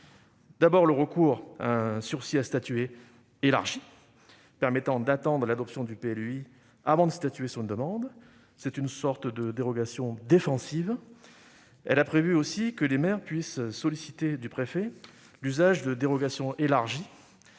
part, du recours à un sursis à statuer élargi, permettant d'attendre l'adoption du PLUi avant de statuer sur une demande : c'est une sorte de dérogation défensive. La commission a prévu, d'autre part, que les maires puissent solliciter du préfet l'usage de dérogations élargies